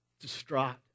distraught